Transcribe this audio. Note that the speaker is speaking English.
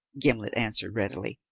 gimblet answered readily,